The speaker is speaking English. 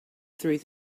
through